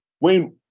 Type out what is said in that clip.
Wayne